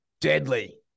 deadly